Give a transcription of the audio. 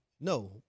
no